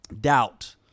Doubt